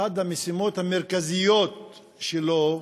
אחת המשימות המרכזיות שלו,